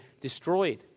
destroyed